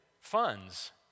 funds